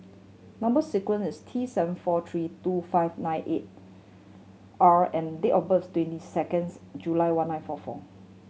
number sequence is T seven four three two five nine eight R and date of birth twenty seconds July one nine four four